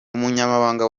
umunyamabanga